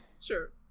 sure